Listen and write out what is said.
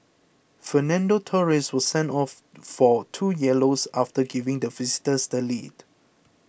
Fernando Torres was sent off for two yellows after giving the visitors the lead